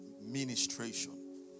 ministration